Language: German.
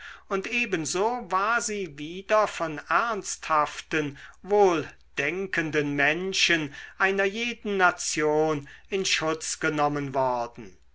und ebenso war sie wieder von ernsthaften wohldenkenden menschen einer jeden nation in schutz genommen worden